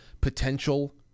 potential